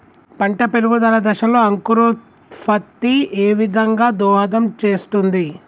పంట పెరుగుదల దశలో అంకురోత్ఫత్తి ఏ విధంగా దోహదం చేస్తుంది?